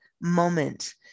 moment